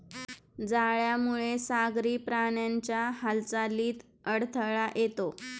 जाळ्यामुळे सागरी प्राण्यांच्या हालचालीत अडथळा येतो